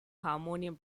harmonium